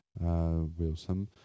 wilson